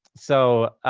so,